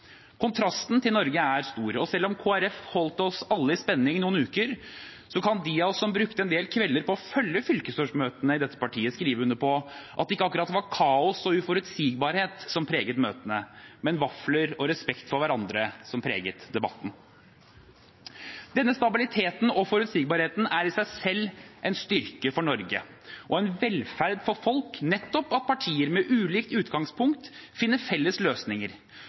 Kontrasten til Norge er stor. Selv om Kristelig Folkeparti holdt oss alle i spenning noen uker, kan de av oss som brukte en del kvelder på å følge fylkesårsmøtene i dette partiet, skrive under på at det ikke akkurat var kaos og uforutsigbarhet som preget møtene, det var vafler og respekt for hverandre som preget debatten. Denne stabiliteten og forutsigbarheten er i seg selv en styrke for Norge og en velferd for folk, nettopp det at partier med ulikt utgangspunkt finner felles løsninger,